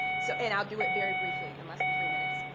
so and i'll do it very briefly, in less and three minutes.